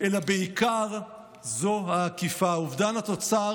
אלא בעיקר זו העקיפה: אובדן התוצר